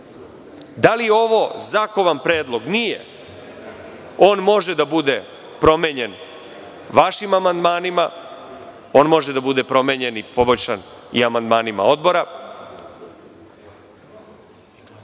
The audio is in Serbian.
li je ovo zakovan predlog? Nije. On može da bude promenjen vašim amandmanima, on može da bude promenjen i poboljšan i amandmanima odbora,